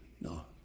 No